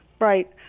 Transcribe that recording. Right